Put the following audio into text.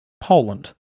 Poland